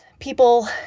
People